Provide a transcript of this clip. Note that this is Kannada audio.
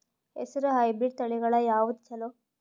ಹೆಸರ ಹೈಬ್ರಿಡ್ ತಳಿಗಳ ಯಾವದು ಚಲೋ?